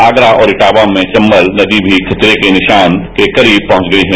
आगरा और इटावा में चंबल नदी भी खतरे के निशान के करीब पहंच गई है